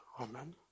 Amen